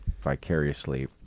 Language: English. vicariously